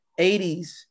80s